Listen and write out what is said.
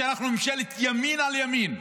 אנחנו ממשלת ימין על ימין.